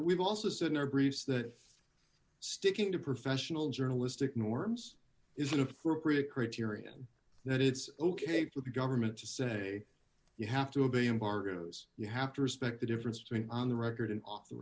we've also said in our briefs that sticking to professional journalistic norms is an appropriate criterion that it's ok for the government to say you have to obey embargoes you have to respect the difference between on the record and off the